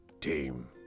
team